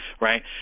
right